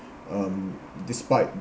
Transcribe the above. um despite